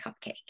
cupcake